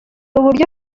uburyo